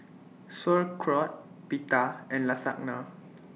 Sauerkraut Pita and Lasagna